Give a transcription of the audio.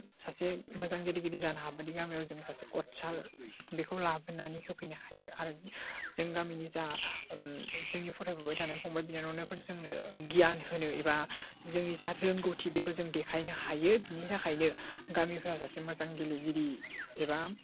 सासे मोजां गेलेगिरि जानो हाबादि गामियाव जों सासे खदसार बेखौ लाबोनानै होफैनो हायो आरो जों गामिनि जा जोंनि फरायबोबाय थानाय फंबाय बिनानावफोर जोंनो गियान होनो एबा जोंनि जा रोंग'थि बेखौ जों देखायनो हायो बेनि थाखायनो गामिफ्रा सासे मोजां गेलेगिरि एबा